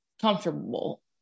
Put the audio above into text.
comfortable